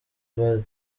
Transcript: bari